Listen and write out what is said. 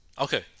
Okay